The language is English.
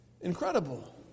incredible